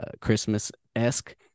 Christmas-esque